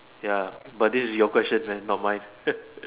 ya but this is your question man not mine